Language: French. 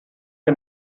les